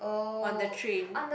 on the train